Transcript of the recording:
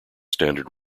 standard